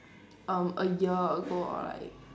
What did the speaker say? a a year ago or like